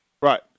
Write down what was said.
Right